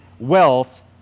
wealth